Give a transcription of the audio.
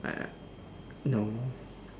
uh no